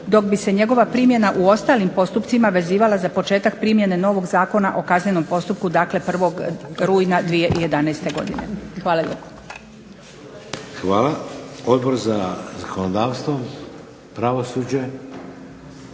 dok bi se njegova primjena u ostalim postupcima vezivala za početak primjene novog Zakona o kaznenom postupku, dakle 01. rujna 2011. godine. Hvala lijepo. **Šeks, Vladimir